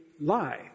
lie